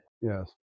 Yes